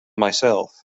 myself